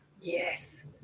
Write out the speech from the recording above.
Yes